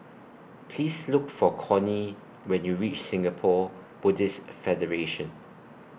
Please Look For Connie when YOU REACH Singapore Buddhist Federation